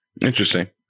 Interesting